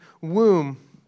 womb